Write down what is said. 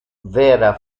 vera